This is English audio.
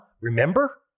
remember